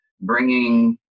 bringing